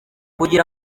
kugira